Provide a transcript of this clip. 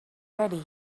ready